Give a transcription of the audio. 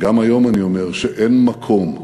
וגם היום אני אומר שאין מקום,